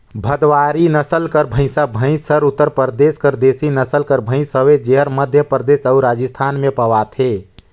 भदवारी नसल कर भंइसा भंइस हर उत्तर परदेस कर देसी नसल कर भंइस हवे जेहर मध्यपरदेस अउ राजिस्थान में पवाथे